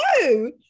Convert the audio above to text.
No